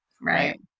right